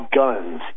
guns